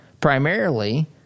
primarily